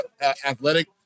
athletic